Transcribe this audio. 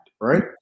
right